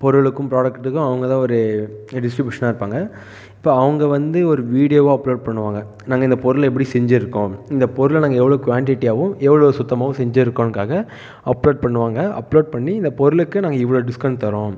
பொருளுக்கும் ப்ராடக்ட்டுக்கும் அவங்க தான் ஒரு டிஸ்டிரிபியூஷனாக இருப்பாங்க இப்போ அவங்க வந்து ஒரு வீடியோவை அப்லோட் பண்ணுவாங்க நாங்கள் இந்த பொருளை எப்படி செஞ்சுருக்கோம் இந்த பொருளை நாங்கள் எவ்வளோ குவான்டிட்டியாகவும் எவ்வளோ சுத்தமாகவும் செஞ்சிருக்கோம்னுக்காக அப்லோட் பண்ணுவாங்க அப்லோட் பண்ணி இந்த பொருளுக்கு நாங்கள் இவ்வளோ டிஸ்கவுண்ட் தர்றோம்